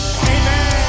amen